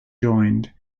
joined